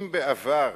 אם בעבר